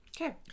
Okay